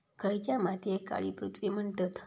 खयच्या मातीयेक काळी पृथ्वी म्हणतत?